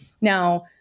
Now